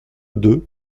deux